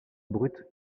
brute